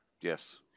Yes